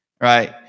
Right